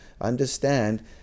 understand